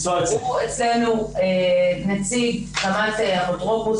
הוא אצלנו נציג קמ"ט האפוטרופוס,